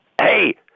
Hey